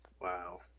Wow